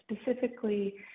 Specifically